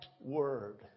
word